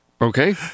okay